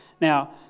Now